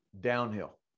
downhill